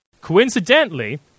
Coincidentally